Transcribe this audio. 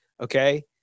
okay